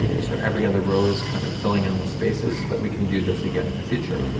so every other row is kind of filling in the spaces that we can do this again in the future.